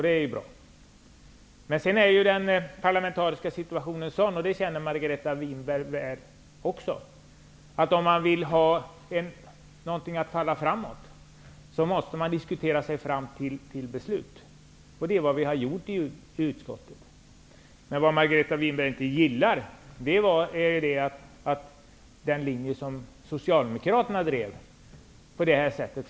Det är ju bra. Men den parlamenteriska situationen är ju sådan, och det känner Margareta Winberg också till, att om vi vill att något skall falla framåt måste vi diskutera oss fram till ett beslut. Det är vad utskottet har gjort. Men Margareta Winberg gillar ju inte att den linje som Socialdemokraterna drev förlorade på det här sättet.